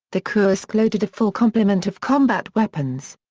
the kursk loaded a full complement of combat weapons.